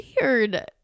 weird